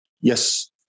Yes